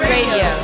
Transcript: Radio